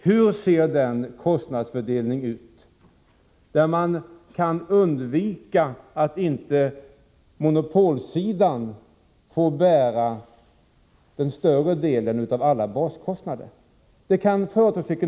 Hur skall den kostnadsfördelning se ut som gör att man kan undvika att låta monopolsidan få bära den större delen av baskostnaderna?